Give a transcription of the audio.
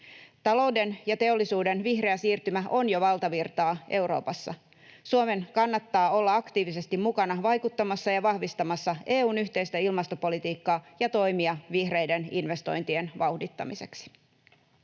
Talouden ja teollisuuden vihreä siirtymä on jo valtavirtaa Euroopassa. Suomen kannattaa olla aktiivisesti mukana vaikuttamassa ja vahvistamassa EU:n yhteistä ilmastopolitiikkaa ja toimia vihreiden investointien vauhdittamiseksi.